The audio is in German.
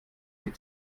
sich